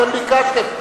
אתם ביקשתם.